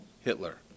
Hitler